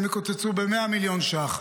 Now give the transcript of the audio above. הם יקוצצו ב-100 מיליון ש"ח,